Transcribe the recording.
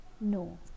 No